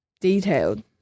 detailed